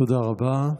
תודה רבה.